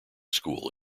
school